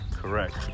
Correct